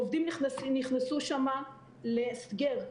עובדים נכנסו שם להסגר,